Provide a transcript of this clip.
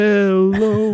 Hello